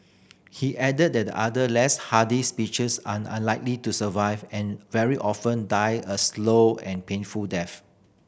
he added that other less hardy species are unlikely to survive and very often die a slow and painful death